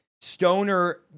stoner